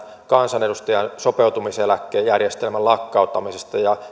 kansanedustajan sopeutumiseläkejärjestelmän lakkauttamisesta ja